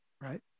right